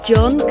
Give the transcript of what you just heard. John